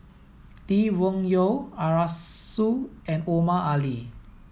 Lee Wung Yew Arasu and Omar Ali